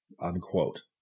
unquote